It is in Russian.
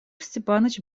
степанович